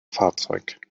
fahrzeug